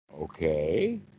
Okay